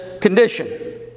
condition